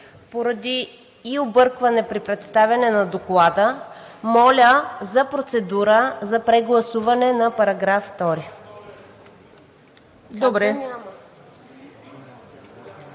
поради объркване при представяне на Доклада, моля за процедура за прегласуване на § 2.